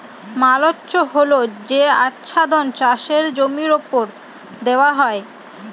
mulch হল যে আচ্ছাদন চাষের জমির ওপর দেওয়া হয়